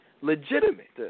legitimate